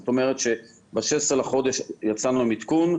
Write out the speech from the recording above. זאת אומרת שב-16 בחודש יצאנו עם עדכון,